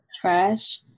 Trash